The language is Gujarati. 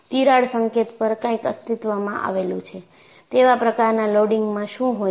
તિરાડ સંકેત પર કાંઇક અસ્તિત્વમાં આવેલું છે તેવા પ્રકારના લોડિંગમાં શું હોય છે